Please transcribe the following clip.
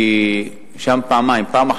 כי שם זה פעמיים: פעם אחת,